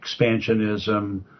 expansionism